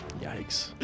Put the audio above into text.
Yikes